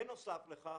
בנוסף לכך,